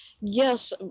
Yes